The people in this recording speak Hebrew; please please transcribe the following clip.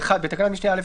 - בתקנת משנה (א1),